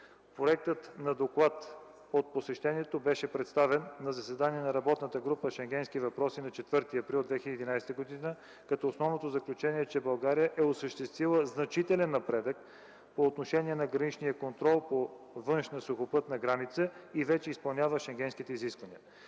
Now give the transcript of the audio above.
Проектът на доклад от посещението беше представен на заседанието на работната група „Шенгенски въпроси” на 4 април 2011 г., като основното заключение е, че България е осъществила значителен напредък по отношение на граничния контрол по външната сухопътна граница и вече изпълнява шенгенските изисквания.